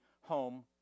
home